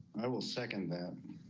i will second that